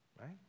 right